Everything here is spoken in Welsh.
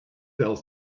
fel